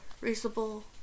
reasonable